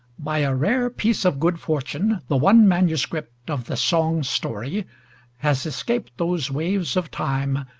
by a rare piece of good fortune the one manuscript of the song-story has escaped those waves of time,